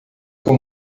com